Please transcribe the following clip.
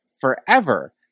forever